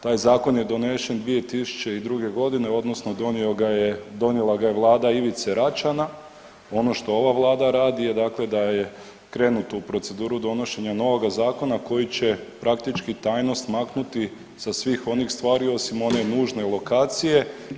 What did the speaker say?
Taj zakon je donesen 2002. godine odnosno donio ga je, donijela ga je vlada Ivice Račana, ono što ova vlada radi je dakle da je krenuto u proceduru donošenja novoga zakona koji će praktički tajnost maknuti sa svih onih stvari osim one nužne lokacije.